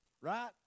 right